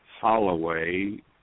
Holloway